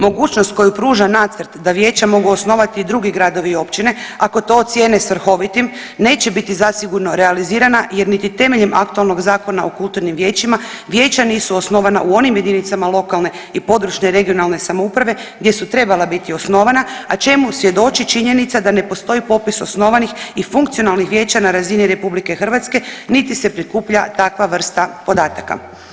Mogućnost koju pruža nacrt da vijeća mogu osnovati i drugi gradovi i općine ako to ocijene svrhovitim neće biti zasigurno realizirana, jer niti temeljem aktualnog Zakona o kulturnim vijećima vijeća nisu osnovana u onim jedinicama lokalne i područne (regionalne) samouprave gdje su trebala biti osnovana, a čemu svjedoči činjenica da ne postoji popis osnovanih i funkcionalnih vijeća na razini Republike Hrvatske niti se prikuplja takva vrsta podataka.